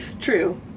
true